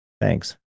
thanks